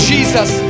Jesus